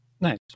Nice